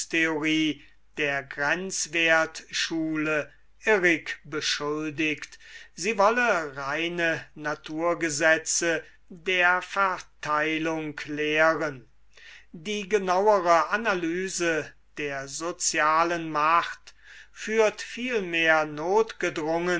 der grenzwertschule irrig beschuldigt sie wolle reine naturgesetze der verteilung lehren die genauere analyse der sozialen macht